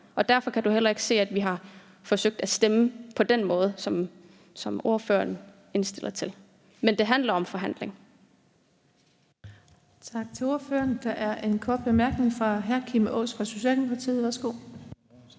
og derfor kan du heller ikke se, at vi har forsøgt at stemme på den måde, som ordføreren hentyder til. Men det handler om forhandling.